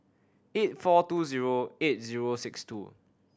eight four two zero eight zero six two